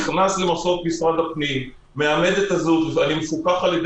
חיונית על מנת לנסות ולאמת את הדברים האלה גם במישור